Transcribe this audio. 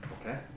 Okay